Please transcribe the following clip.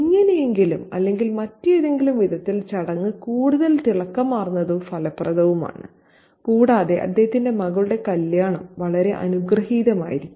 എങ്ങനെയെങ്കിലും അല്ലെങ്കിൽ മറ്റെന്തെങ്കിലും വിധത്തിൽ ചടങ്ങ് കൂടുതൽ തിളക്കമാർന്നതും ഫലപ്രദവുമാണ് കൂടാതെ അദ്ദേഹത്തിന്റെ മകളുടെ കല്യാണം വളരെ അനുഗ്രഹീതമായിരിക്കും